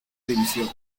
división